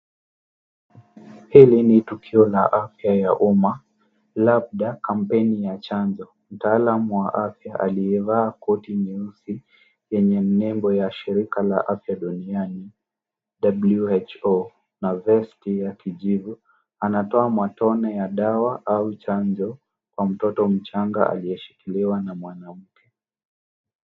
Hili ni tukio la afya ya umma labda kampeni ya chanjo. Mtaalam wa afya aliyevaa koti nyeusi yenye nembo ya shirika la afya duniani, WHO, na vesti ya kijivu anatoa matone ya dawa au chanjo kwa mtoto mchanga aliyeshikiliwa na mwanamke.